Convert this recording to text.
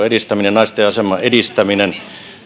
edistäminen naisten aseman edistäminen